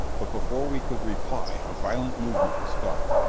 but before we could reply a violent movement was felt.